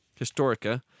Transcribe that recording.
Historica